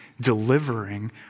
delivering